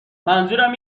منظورم